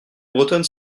bretonne